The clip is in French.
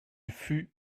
fut